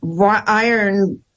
iron